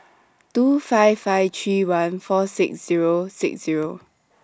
two five five three one four six Zero six Zero